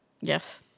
Yes